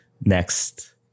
next